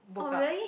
oh really